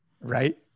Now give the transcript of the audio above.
right